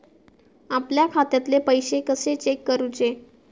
आपल्या खात्यातले पैसे कशे चेक करुचे?